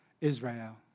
Israel